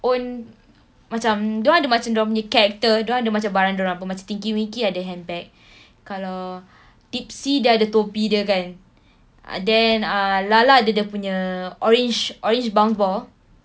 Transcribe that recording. own macam dia orang ada macam dia orang punya character dia orang ada macam barang macam tinky-winky ada handbag kalau dipsy dia ada topi dia kan then ah laa-laa dia ada dia punya orange orange bounce ball